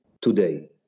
today